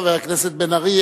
חבר הכנסת בן-ארי,